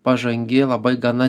pažangi labai gana